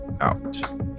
out